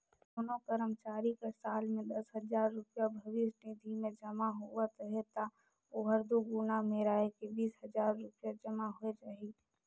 कोनो करमचारी कर साल में दस हजार रूपिया भविस निधि में जमा होवत अहे ता ओहर दुगुना मेराए के बीस हजार रूपिया जमा होए जाही